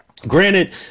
granted